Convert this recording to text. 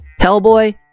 Hellboy